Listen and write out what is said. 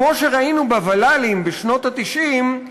כמו שראינו בוול"לים בשנות ה-90,